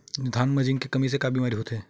धान म जिंक के कमी से का बीमारी होथे?